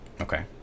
Okay